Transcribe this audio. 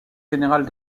général